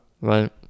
Right